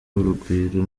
urugwiro